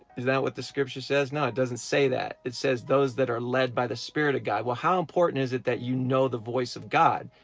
is that what the scripture says? no it doesn't say that, it says those that are led by the spirit of god. how important is it that you know the voice of god?